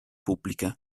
pubbliche